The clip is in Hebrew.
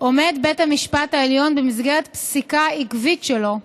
עומד בית המשפט העליון במסגרת פסיקה עקבית שלו,